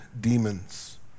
demons